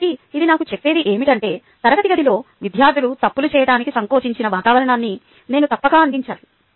కాబట్టి ఇది నాకు చెప్పేది ఏమిటంటే తరగతి గదిలో విద్యార్థులు తప్పులు చేయటానికి సంకోచించని వాతావరణాన్ని నేను తప్పక అందించాలి